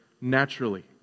naturally